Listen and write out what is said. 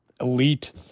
elite